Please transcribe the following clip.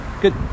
Good